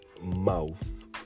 mouth